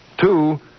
Two